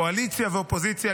קואליציה ואופוזיציה,